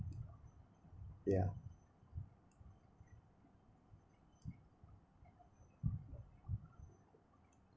yeah